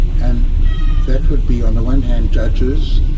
and that would be on the one hand, judges.